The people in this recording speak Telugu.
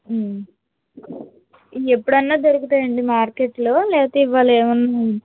ఎప్పుడైనా దొరుకుతాయ అండి మార్కెట్లో లేకపోతే ఇవ్వాలేమన్నా